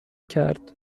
کرد